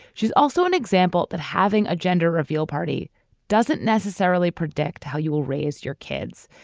she's also an example that having a gender reveal party doesn't necessarily predict how you will raise your kids.